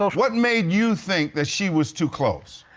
what made you think that she was too close?